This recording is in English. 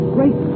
Great